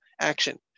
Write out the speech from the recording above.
action